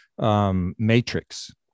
Matrix